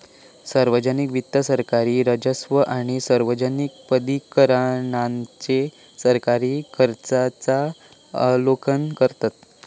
सार्वजनिक वित्त सरकारी राजस्व आणि सार्वजनिक प्राधिकरणांचे सरकारी खर्चांचा आलोकन करतत